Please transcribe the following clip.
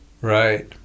Right